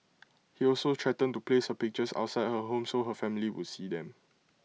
he also threatened to place her pictures outside her home so her family would see them